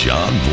John